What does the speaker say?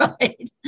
right